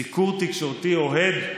סיקור תקשורתי אוהד?